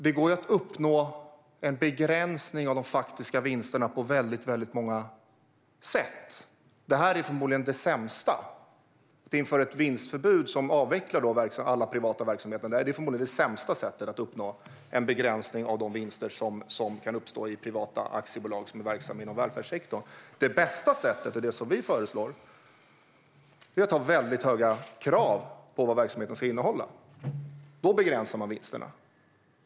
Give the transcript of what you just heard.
Det går ju att uppnå en begränsning av de faktiska vinsterna på väldigt många sätt. Det här är förmodligen det sämsta. Att införa ett vinstförbud som avvecklar alla privata verksamheter är förmodligen det sämsta sättet att uppnå en begränsning av de vinster som kan uppstå i privata aktiebolag som är verksamma inom välfärdssektorn. Det bästa sättet, och det som vi föreslår, är att ha väldigt höga krav på verksamhetens innehåll. Då begränsas vinsterna.